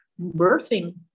birthing